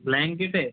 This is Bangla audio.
ব্ল্যাঙ্কেটে